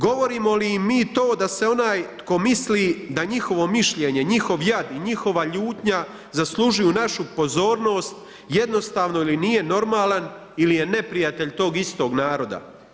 Govorimo li im mi to da se onaj tko misli da njihovo mišljenje, njih jad i njihova ljutnja zaslužuju našu pozornost, jednostavno ili nije normalan ili je neprijatelj tog istog naroda?